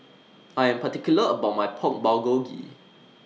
I Am particular about My Pork Bulgogi